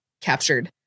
captured